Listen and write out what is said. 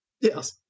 yes